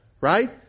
Right